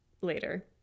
later